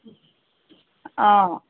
অঁ